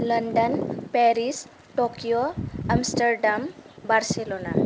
London Paris Tokyo Amsterdam Barcelona